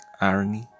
irony